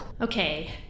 Okay